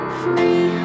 free